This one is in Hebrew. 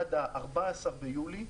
עד 15 ביולי.